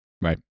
Right